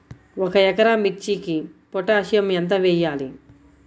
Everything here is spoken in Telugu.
ఒక ఎకరా మిర్చీకి పొటాషియం ఎంత వెయ్యాలి?